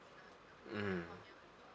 mm